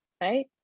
right